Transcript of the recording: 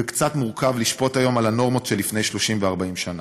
וקצת מורכב לשפוט היום על הנורמות שלפני 30 ו-40 שנה.